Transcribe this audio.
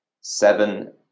seven